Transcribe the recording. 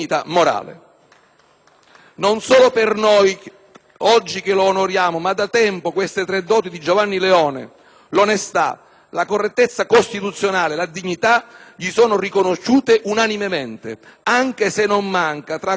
Non solo per noi che oggi lo onoriamo, ma da tempo queste tre doti di Giovanni Leone (l'onestà, la correttezza costituzionale e la dignità) gli sono riconosciute unanimemente; anche se non manca, tra coloro che ne favorirono